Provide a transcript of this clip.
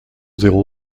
zéro